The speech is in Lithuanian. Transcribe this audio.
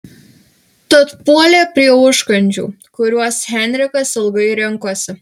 tad puolė prie užkandžių kuriuos henrikas ilgai rinkosi